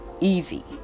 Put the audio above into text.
easy